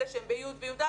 אלה שהם בכיתה י' ו-י"א,